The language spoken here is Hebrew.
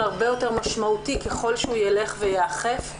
הרבה יותר משמעותי כדי שהוא יילך וייאכף,